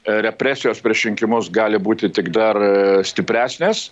represijos prieš rinkimus gali būti tik dar stipresnės